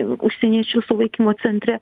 užsieniečių sulaikymo centre